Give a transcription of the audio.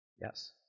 Yes